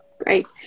Great